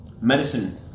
Medicine